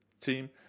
team